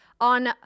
on